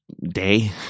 day